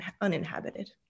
uninhabited